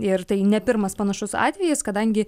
ir tai ne pirmas panašus atvejis kadangi